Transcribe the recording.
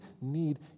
need